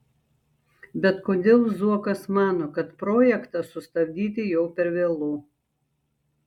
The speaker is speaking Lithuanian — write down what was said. bet kodėl zuokas mano kad projektą sustabdyti jau per vėlu